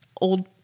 old